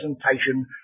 presentation